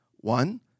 One